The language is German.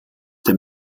der